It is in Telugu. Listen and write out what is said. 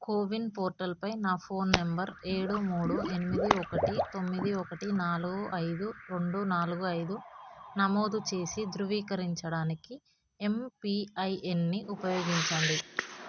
కో విన్ పోర్టల్పై నా ఫోన్ నెంబర్ ఏడు మూడు ఎనిమిది ఒకటి తొమ్మిది ఒకటి నాలుగు ఐదు రెండు నాలుగు ఐదు నమోదు చేసి ధృవీకరించడానికి ఎంపిఐయన్ని ఉపయోగించండి